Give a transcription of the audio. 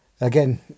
Again